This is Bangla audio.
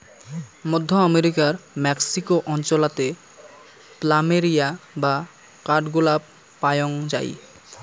মধ্য আমেরিকার মেক্সিকো অঞ্চলাতে প্ল্যামেরিয়া বা কাঠগোলাপ পায়ং যাই